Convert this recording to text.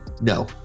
No